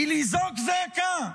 היא לזעוק זעקה: